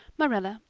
marilla,